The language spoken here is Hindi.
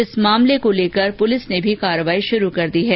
इस मामले को लेकर ँ पुलिस ने भी कार्रवाई शुरू कर दी है